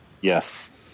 Yes